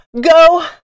go